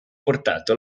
portato